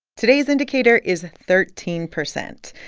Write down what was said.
today's indicator is thirteen percent.